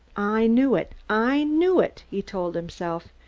i knew it! i knew it! he told himself.